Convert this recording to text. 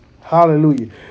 Hallelujah